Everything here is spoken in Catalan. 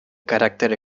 caràcter